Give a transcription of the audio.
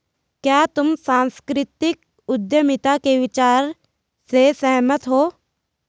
क्या तुम सांस्कृतिक उद्यमिता के विचार से सहमत हो?